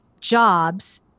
jobs